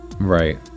Right